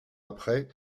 après